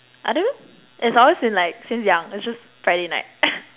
I don't know it's always been like since young it's just Friday night